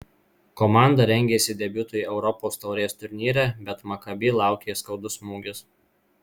komanda rengėsi debiutui europos taurės turnyre bet makabi laukė skaudus smūgis